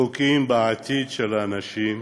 פוגעים בעתיד של האנשים.